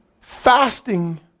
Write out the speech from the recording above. fasting